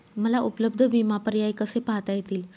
मला उपलब्ध विमा पर्याय कसे पाहता येतील?